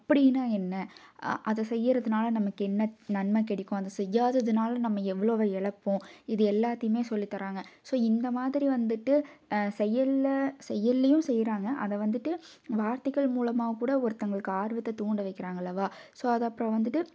அப்படின்னா என்ன அ அதை செய்யிறதுனால் நமக்கு என்ன நம்மை கிடைக்கும் அதை செய்யாதுனால நம்ம எவ்வளோவ இழப்போம் இது எல்லாத்தையுமே சொல்லித்தராங்க ஸோ இந்தமாதிரி வந்துவிட்டு செயல்ல செயல்ளையும் செய்றாங்க அதை வந்துவிட்டு வார்த்தைகள் மூலமாக கூட ஒருத்தவங்களுக்கு ஆர்வத்தை தூண்ட வைக்கிறாங்கல்லவா ஸோ அதை அப்புறோம் வந்துவிட்டு